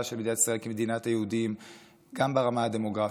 של מדינת ישראל כמדינת היהודים גם ברמה הדמוגרפית.